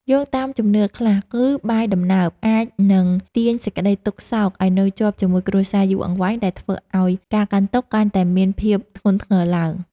យោងតាមជំនឿខ្លះ គឺ បាយដំណើបអាចនឹងទាញសេចក្តីទុក្ខសោកឱ្យនៅជាប់ជាមួយគ្រួសារយូរអង្វែងដែលធ្វើឱ្យការកាន់ទុក្ខកាន់តែមានភាពធ្ងន់ធ្ងរឡើង។